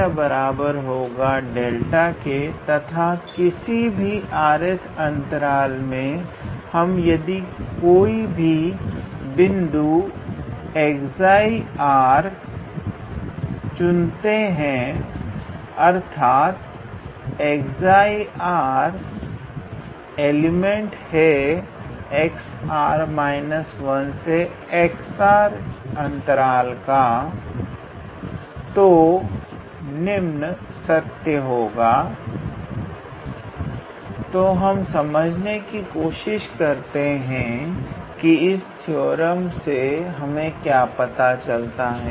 ≤ 𝛿 तथा किसी भी r th अंतराल में हम यदि कोई भी बिंदु 𝜉𝑟 चुनते हैं अर्थात𝜉𝑟 ∈ 𝑥𝑟−1𝑥𝑟 तो तो हम समझने की कोशिश करते हैं कि इस थ्योरम से हमें क्या पता चलता है